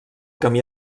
camí